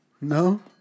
No